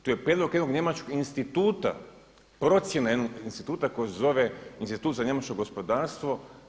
To je prijedlog jednog njemačkog instituta procjene jednog instituta koji se zove Institut za njemačko gospodarstvo.